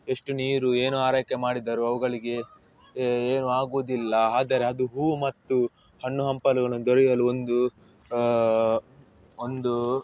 ಎಷ್ಟು ನೀರು ಏನು ಆರೈಕೆ ಮಾಡಿದರೂ ಅವುಗಳಿಗೆ ಏನು ಆಗುವುದಿಲ್ಲ ಆದರೆ ಅದು ಹೂವು ಮತ್ತು ಹಣ್ಣು ಹಂಪಲುಗಳನ್ನು ದೊರೆಯಲು ಒಂದು ಒಂದು